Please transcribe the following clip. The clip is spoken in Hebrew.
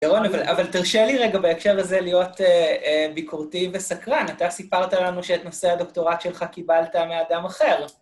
גרון, אבל תרשה לי רגע בהקשר הזה להיות ביקורתי וסקרן. אתה סיפרת לנו שאת נושא הדוקטורט שלך קיבלת מאדם אחר.